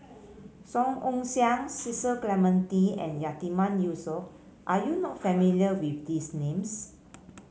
Song Ong Siang Cecil Clementi and Yatiman Yusof are you not familiar with these names